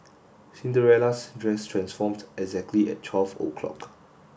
Cinderella's dress transformed exactly at twelve o'clock